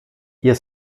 ihr